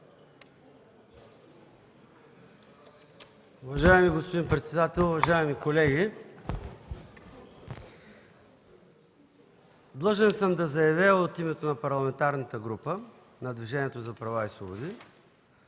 Уважаеми господин председател, уважаеми колеги! Длъжен съм да заявя от името на Парламентарната група на Движението за права и свободи,